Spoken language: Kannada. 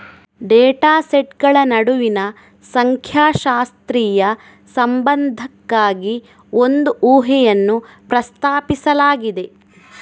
ಡೇಟಾ ಸೆಟ್ಗಳ ನಡುವಿನ ಸಂಖ್ಯಾಶಾಸ್ತ್ರೀಯ ಸಂಬಂಧಕ್ಕಾಗಿ ಒಂದು ಊಹೆಯನ್ನು ಪ್ರಸ್ತಾಪಿಸಲಾಗಿದೆ